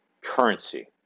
currency